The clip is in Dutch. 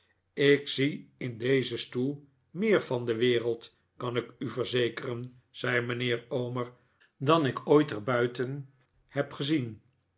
ik zie in dezen stoel meer van de wereld kan ik u verzekeren zei mijnheer omer dan ik ooit er buiten heb gezien